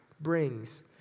brings